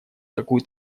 какую